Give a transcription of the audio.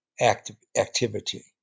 activity